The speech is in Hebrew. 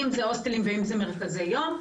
אם זה הוסטלים ואם זה מרכזי יום.